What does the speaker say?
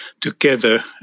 together